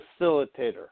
facilitator